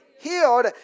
Healed